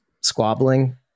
squabbling